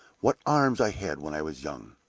what arms i had when i was young!